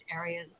areas